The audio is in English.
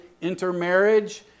intermarriage